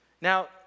Now